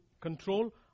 control